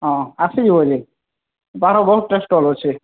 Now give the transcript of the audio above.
ହଁ ଆସିଯିବ ଯେ ତାର ବହୁତ ଟେଷ୍ଟର୍ ଅଛି